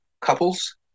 couples